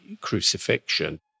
crucifixion